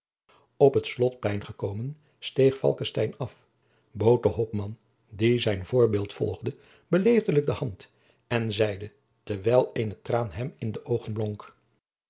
op het slotplein gekomen steeg falckestein af jacob van lennep de pleegzoon bood den hopman die zijn voorbeeld volgde beleefdelijk de hand en zeide terwijl eene traan hem in de oogen